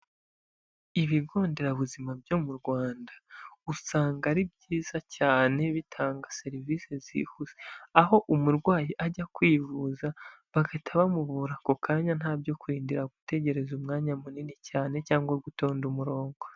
Ibigo nderabuzima byo mu Rwanda, usanga ari byiza cyane, bitanga serivisi zihuse, aho umurwayi ajya kwivuza, bagahita bamuvura ako kanya ntabyo kurindira gutegereza umwanya munini cyane cyangwa gutonda umurongo.